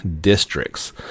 districts